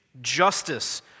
justice